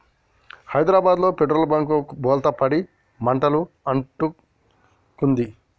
హైదరాబాదులో petrol tank బోల్తా పడి మంటలు అంటుకుంది